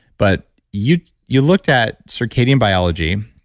but you you looked at circadian biology,